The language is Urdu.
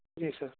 جی سر